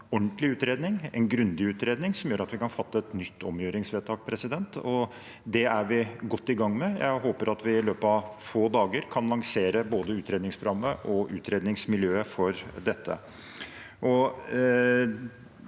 en ordentlig og grundig utredning som gjør at vi kan fatte et nytt omgjøringsvedtak. Det er vi godt i gang med. Jeg håper at vi i løpet av få dager kan lansere både utredningsprogrammet og utredningsmiljøet for dette.